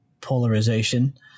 polarization